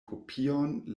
kopion